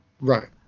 Right